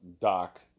dock